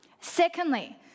Secondly